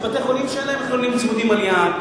יש בתי-חולים שאין להם חניונים צמודים על-יד,